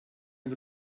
den